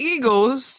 Eagles